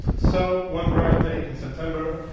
so one bright day in september,